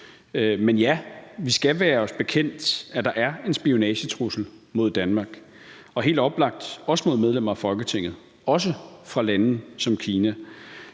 Men ja, det skal være os bekendt, at der er en spionagetrussel mod Danmark, og det er helt oplagt, at det også gælder mod medlemmer af Folketinget, også fra lande som Kina.